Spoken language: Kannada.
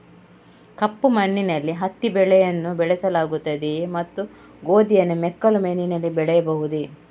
ಕಪ್ಪು ಮಣ್ಣಿನಲ್ಲಿ ಹತ್ತಿ ಬೆಳೆಯನ್ನು ಬೆಳೆಸಲಾಗುತ್ತದೆಯೇ ಮತ್ತು ಗೋಧಿಯನ್ನು ಮೆಕ್ಕಲು ಮಣ್ಣಿನಲ್ಲಿ ಬೆಳೆಯಬಹುದೇ?